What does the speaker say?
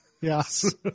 Yes